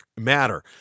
matter